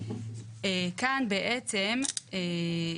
כאן בעצם מה